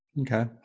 Okay